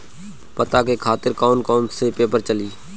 पता के खातिर कौन कौन सा पेपर चली?